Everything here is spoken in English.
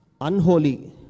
unholy